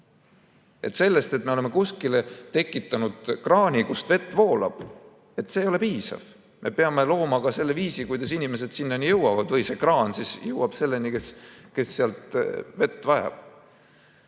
See, et me oleme kuskile tekitanud kraani, kust vett voolab, ei ole piisav. Me peame looma ka selle viisi, kuidas inimesed selleni jõuavad või siis see kraan jõuab nendeni, kes sealt vett vajavad.